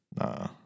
Nah